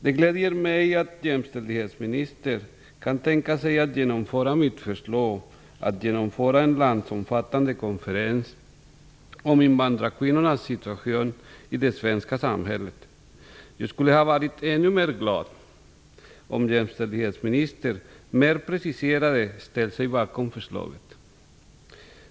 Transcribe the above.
Det gläder mig att jämställdhetsministern kan tänka sig att genomföra mitt förslag att arrangera en landsomfattande konferens om invandrarkvinnornas situation i det svenska samhället. Jag skulle ha varit ännu mer glad om jämställdhetsministern mer precist hade ställt sig bakom förslaget.